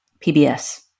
PBS